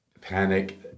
panic